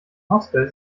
hostel